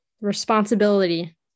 Responsibility